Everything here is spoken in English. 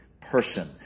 person